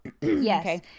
Yes